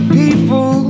people